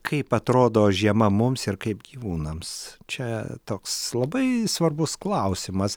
kaip atrodo žiema mums ir kaip gyvūnams čia toks labai svarbus klausimas